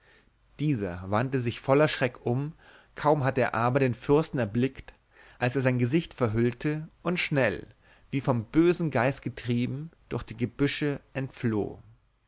dieser wandte sich voller schreck um kaum hatte er aber den fürsten erblickt als er sein gesicht verhüllte und schnell wie vom bösen geist getrieben durch die gebüsche entfloh